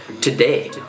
today